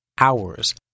hours